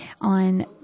on